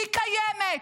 היא קיימת,